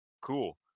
Cool